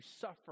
suffer